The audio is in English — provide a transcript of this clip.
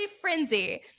frenzy